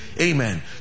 Amen